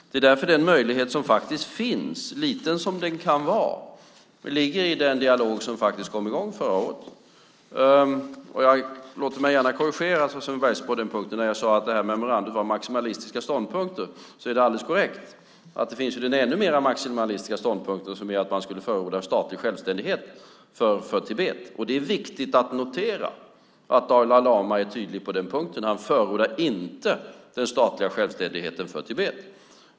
Det är därför som den möjlighet som faktiskt finns - liten som den kan vara - ligger i den dialog som faktiskt kom i gång förra året. Jag låter mig gärna korrigeras av Sven Bergström på den punkten när jag sade att detta memorandum var maximalistiska ståndpunkter. Det är alldeles korrekt att det finns den ännu mer maximalistiska ståndpunkten som är att man skulle förorda en statlig självständighet för Tibet. Det är viktigt att notera att Dalai lama är tydlig på den punkten. Han förordar inte den statliga självständigheten för Tibet.